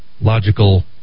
logical